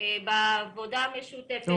בעבודה משותפת.